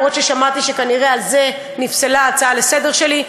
גם אם שמעתי שכנראה על זה נפסלה ההצעה שלי לסדר-היום.